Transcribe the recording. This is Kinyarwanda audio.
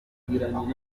babivuze